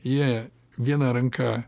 jie viena ranka